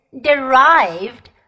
derived